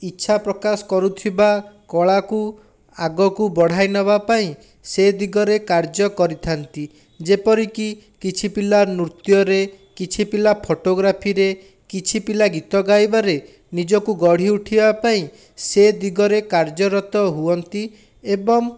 ଇଚ୍ଛା ପ୍ରକାଶ କରୁଥିବା କଳାକୁ ଆଗକୁ ବଢ଼ାଇ ନେବା ପାଇଁ ସେ ଦିଗରେ କାର୍ଯ୍ୟ କରିଥାନ୍ତି ଯେପରି କି କିଛି ପିଲା ନୃତ୍ୟରେ କିଛି ପିଲା ଫୋଟୋଗ୍ରାଫିରେ କିଛି ପିଲା ଗୀତ ଗାଇବାରେ ନିଜକୁ ଗଢ଼ି ଉଠିବା ପାଇଁ ସେ ଦିଗରେ କାର୍ଯ୍ୟରତ ହୁଅନ୍ତି ଏବଂ